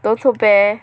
don't so bad leh